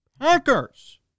Packers